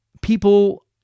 People